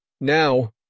Now